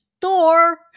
Thor